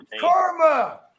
Karma